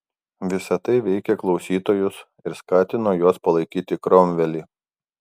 visa tai veikė klausytojus ir skatino juos palaikyti kromvelį